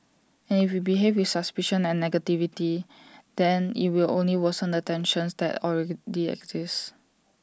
and if we behave with suspicion and negativity then IT will only worsen the tensions that already exist